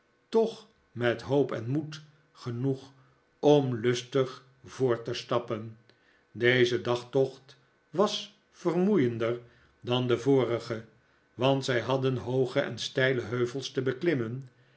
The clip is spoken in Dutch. toch met hoop en moed genoeg om lustig voort te stappen deze dagtocht was vermoeiender dan de vorige want zij hadden hooge en steile heuvels te beklimmen